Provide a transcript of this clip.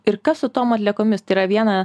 ir kas su tom atliekomis tai yra viena